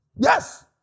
Yes